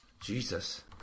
Jesus